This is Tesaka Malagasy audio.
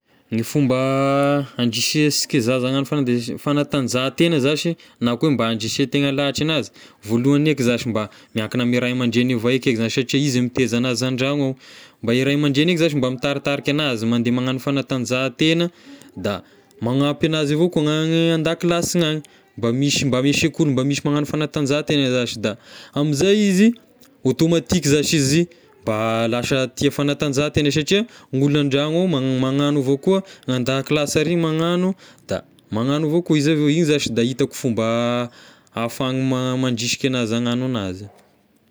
Ny fomba handrisiasika zaza hagnao fanatanj- fanatanjahantena zashy na koa mba andresen'ny tegna lahatra anazy voalohany eky zashy mba miakina ame ray aman-dreny hiova eky zashy, satria izy miteza anazy an-dragno ao, mba e ray aman-dreny eky zashy mba mitaritarika anazy mandeha magnano fanatanjahantegna, da manampy anazy avao koa ny agny an-dakilasiny agny, mba misy mba misy sekoly mba misy magnano fanatanjahantegna zashy da amizay izy automatique zashy izy ih, mba lasa tia fanatanjahantegna satria gn'olo an-dragno ao magn- magnano avao koa, ny an-dakilasy ary magnano da magnano avao ko izy avy eo, igny zashy da hitako fomba ahafahagna ma- mandrisika anazy hagnano anazy.